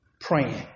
praying